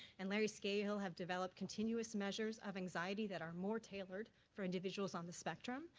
and larry scaihill have developed continuous measures of anxiety that are more tailored for individuals on the spectrum,